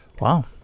Wow